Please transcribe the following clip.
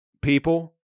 people